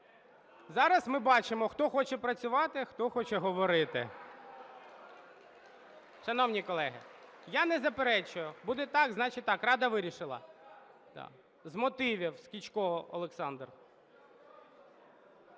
Зараз ми бачимо, хто хоче працювати, хто хоче говорити. Шановні колеги, я не заперечую, буде так – значить так, Рада вирішила. З мотивів – Скічко Олександр.